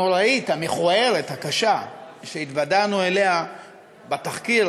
הנוראית, המכוערת, הקשה, שהתוודענו אליה בתחקיר